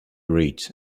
read